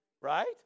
right